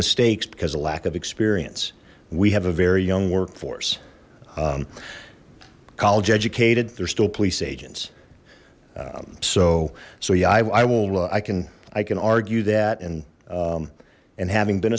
mistakes because of lack of experience we have a very young workforce college educated there's still police agents so so yeah i will i can i can argue that and and having been